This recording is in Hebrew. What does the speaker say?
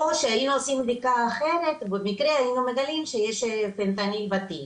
או שהיינו עושים בדיקה אחרת ובמקרה היינו מגלים שיש פנטניל בדם,